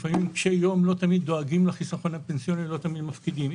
לפעמים קשיי יום לא תמיד דואגים לחיסכון הפנסיוני ולא תמיד מפקידים.